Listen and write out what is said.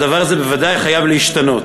הדבר הזה בוודאי חייב להשתנות.